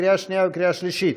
לקריאה שנייה ולקריאה שלישית.